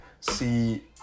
see